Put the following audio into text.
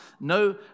No